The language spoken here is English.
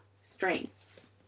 strengths